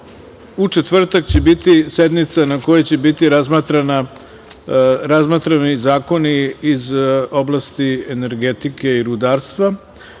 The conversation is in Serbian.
U četvrtak će biti sednica na kojoj će biti razmatrani zakoni iz oblasti energetike i rudarstva,